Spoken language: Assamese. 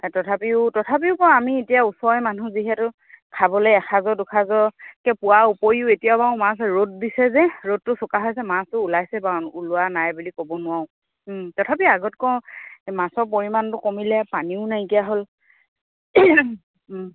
তথাপিও তথাপিও বাৰু আমি এতিয়া ওচৰৰে মানুহ যিহেতু খাবলৈ এসাঁজৰ দুসাঁজৰ কে পোৱা উপৰিও এতিয়াও বাৰু মাছ ৰ'দ দিছে যে ৰ'দটো চোকা হৈছে মাছটো ওলাইছে বাৰু ওলোৱা নাই বুলি ক'ব নোৱাৰো তথাপিও আগতকৈ মাছৰ পৰিমাণটো কমিলে পানীও নাইকিয়া হ'ল